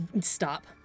Stop